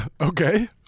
Okay